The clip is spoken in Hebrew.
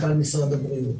משרד הבריאות